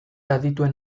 adituen